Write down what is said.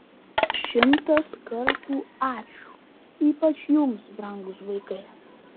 šimtas kartų ačiū ypač jums brangūs vaikai